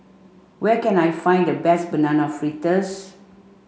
where can I find the best banana fritters